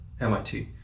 MIT